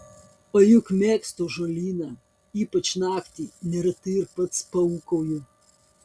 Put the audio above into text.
o juk mėgstu ąžuolyną ypač naktį neretai ir pats paūkauju